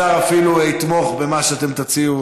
השר אפילו יתמוך במה שתציע,